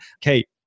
Kate